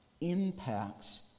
impacts